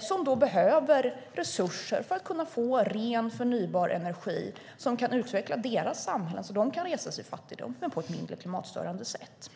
som behöver resurser för att kunna få ren förnybar energi som kan utveckla deras samhällen, så att de kan resa sig ur fattigdom men på ett mindre klimatstörande sätt.